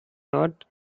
not